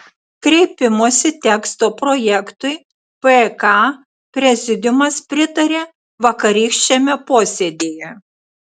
kreipimosi teksto projektui pk prezidiumas pritarė vakarykščiame posėdyje